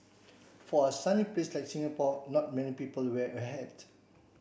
for a sunny place like Singapore not many people wear a hat